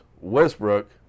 Westbrook